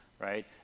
right